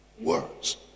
Words